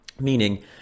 Meaning